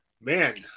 Man